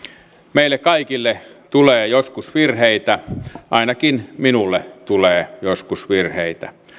meille kaikille tulee joskus virheitä ainakin minulle tulee joskus virheitä